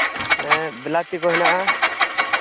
black tea ᱠᱚ ᱦᱮᱱᱟᱜᱼᱟ